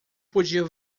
podia